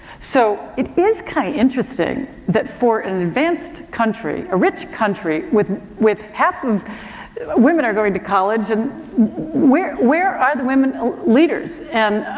so, it is kind of interesting that for an advanced country, a rich country, with, with half of women are going to college and where, where are the women leaders? and,